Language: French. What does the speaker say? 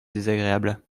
désagréable